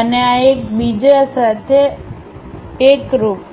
અને આ એક બીજા સાથે એકરુપ છે